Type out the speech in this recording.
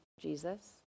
Jesus